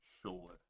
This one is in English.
Sure